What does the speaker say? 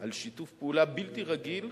על שיתוף פעולה בלתי רגיל.